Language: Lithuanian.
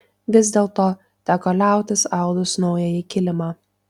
vis dėlto teko liautis audus naująjį kilimą